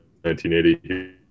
1980